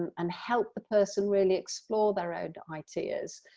and help the person really explore their own ideas.